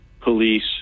police